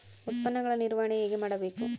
ಉತ್ಪನ್ನಗಳ ನಿರ್ವಹಣೆ ಹೇಗೆ ಮಾಡಬೇಕು?